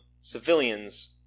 civilians